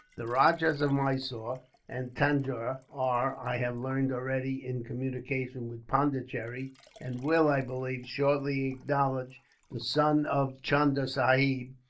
the rajahs of mysore and tanjore are, i have learned, already in communication with pondicherry and will, i believe, shortly acknowledge the son of chunda sahib,